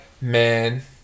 man